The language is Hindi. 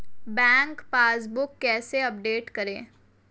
बैंक पासबुक कैसे अपडेट करें?